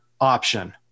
option